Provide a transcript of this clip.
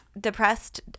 depressed